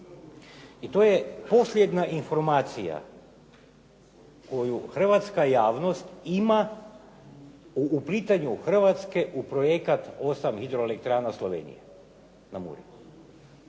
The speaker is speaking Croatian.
I to je posljednja informacija koju hrvatska javnost ima u uplitanju u Hrvatske u projekat 8 hidroelektrana Slovenije na Muri.